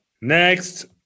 Next